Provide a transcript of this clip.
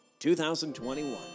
2021